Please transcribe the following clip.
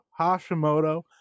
Hashimoto